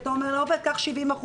היינו אומרים לעובד: קח 70%,